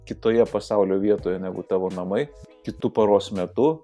kitoje pasaulio vietoje negu tavo namai kitu paros metu